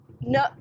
no